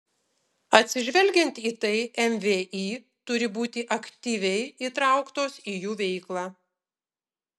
atsižvelgiant į tai mvį turi būti aktyviai įtrauktos į jų veiklą